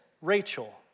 Rachel